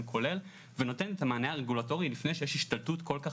כולל ונותנת את המענה הרגולטורי לפני שיש השתלטות כל-כך